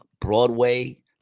Broadway